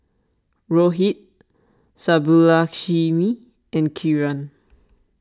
Rohit Subbulakshmi and Kiran